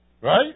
Right